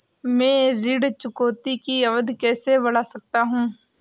मैं ऋण चुकौती की अवधि कैसे बढ़ा सकता हूं?